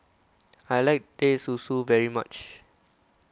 I like Teh Susu very much